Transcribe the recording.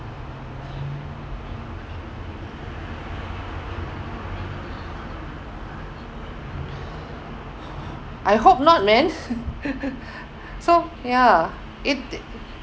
I hope not leh so ya it